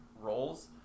roles